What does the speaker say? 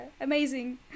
amazing